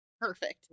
perfect